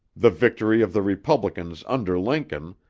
the victory of the republicans under lincoln,